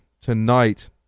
tonight